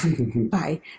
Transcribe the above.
bye